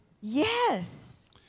Yes